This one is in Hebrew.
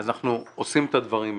אז אנחנו עושים את הדברים האלה.